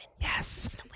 Yes